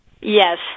Yes